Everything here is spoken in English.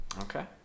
Okay